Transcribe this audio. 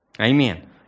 Amen